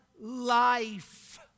life